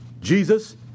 Jesus